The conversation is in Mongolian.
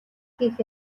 хийх